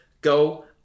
go